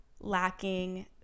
lacking